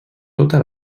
tota